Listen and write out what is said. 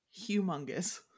humongous